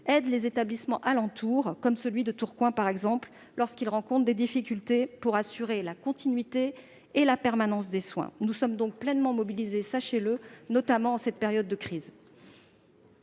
aide les établissements alentour, comme celui de Tourcoing, par exemple, lorsqu'ils rencontrent des difficultés pour assurer la continuité et la permanence des soins. Nous sommes donc pleinement mobilisés, notamment en cette période de crise.